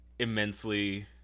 immensely